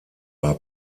war